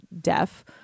deaf